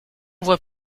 vois